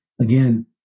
again